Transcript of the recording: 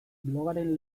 blogaren